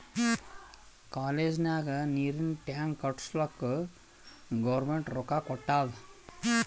college ನಾಗ್ ನೀರಿಂದ್ tank ಕಟ್ಟುಸ್ಲಕ್ ಗೌರ್ಮೆಂಟ್ ರೊಕ್ಕಾ ಕೊಟ್ಟಾದ್